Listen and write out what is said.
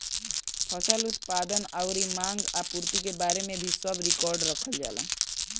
फसल उत्पादन अउरी मांग आपूर्ति के बारे में भी सब रिकार्ड रखल जाला